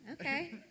Okay